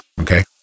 Okay